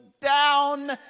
down